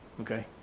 okay?